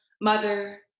mother